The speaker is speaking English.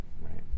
right